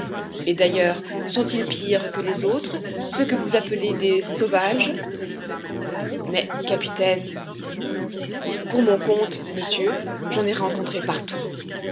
et d'ailleurs sont-ils pires que les autres ceux que vous appelez des sauvages mais capitaine pour mon compte monsieur j'en ai rencontré partout